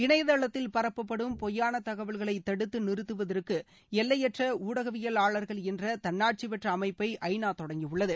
இணையதளத்தில் பரப்பப்படும் பொய்யான தகவல்களை தடுத்து நிறுத்துவதற்கு எல்லையற்ற உளடகவியலாளர்கள் என்ற தன்னாட்சி பெற்ற அமைப்பை ஐநா தொடங்கியுள்ளது